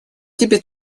тебе